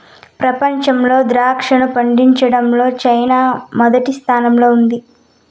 ప్రపంచంలో ద్రాక్షను పండించడంలో చైనా మొదటి స్థానంలో ఉన్నాది